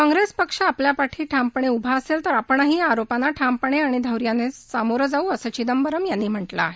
काँग्रेस पक्ष ठामपणे उभा असेल तर आपणही या आरोपांना ठामपणे आणि धैर्याने सामोरे जाऊ असं चिदंबरम यांनी म्हटलं आहे